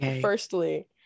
Firstly